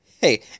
Hey